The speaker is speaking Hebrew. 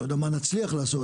לא יודע מה נצליח לעשות,